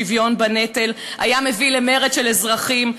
השוויון בנטל היה מביא למרד של אזרחים.